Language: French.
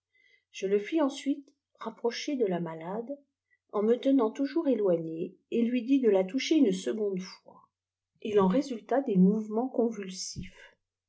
je le fis ensuite rapprocher tic la malade en me tenant toujourè éoînéj et lui dis de la toucher une seconde fois il en résulta des mouvements convulsifs